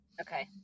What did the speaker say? Okay